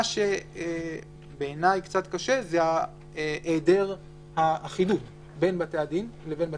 מה שבעיניי קצת קשה זה היעדר האחידות בין בתי הדין לבין בתי-המשפט.